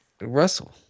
Russell